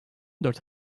dört